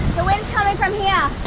the wind's coming from here. yeah